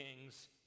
kings